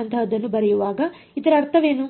ನಂತಹದನ್ನು ಬರೆಯುವಾಗ ಇದರ ಅರ್ಥವೇನು